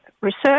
research